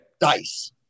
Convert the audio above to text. Dice